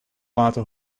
laten